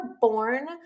born